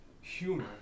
humor